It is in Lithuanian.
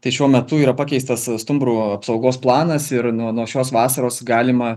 tai šiuo metu yra pakeistas stumbrų apsaugos planas ir nuo nuo šios vasaros galima